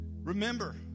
Remember